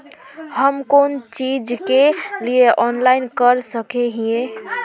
हम कोन चीज के लिए ऑनलाइन कर सके हिये?